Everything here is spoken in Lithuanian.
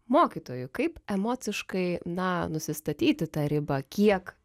mokytojui kaip emociškai na nusistatyti tą ribą kiek